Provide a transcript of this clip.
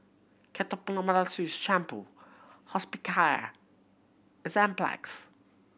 Ketoconazole Shampoo Hospicare Enzyplex